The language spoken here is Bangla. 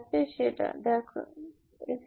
Am1 1m2mnx2mn22mn 1m